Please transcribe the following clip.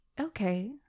okay